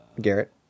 Garrett